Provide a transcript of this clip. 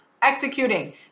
Executing